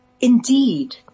indeed